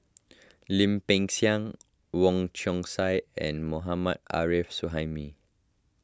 Lim Peng Siang Wong Chong Sai and Mohammad Arif Suhaimi